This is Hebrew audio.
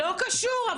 לא קשור.